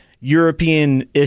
european